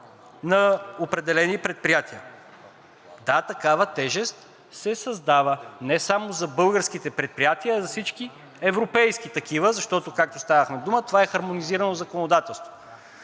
на определени предприятия. Да, такава тежест се създава не само за българските предприятия, а за всички европейски такива, защото, както стана дума – това е хармонизирано законодателство.